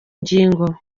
ngingo